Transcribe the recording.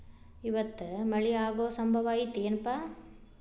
ಇವತ್ತ ಮಳೆ ಆಗು ಸಂಭವ ಐತಿ ಏನಪಾ?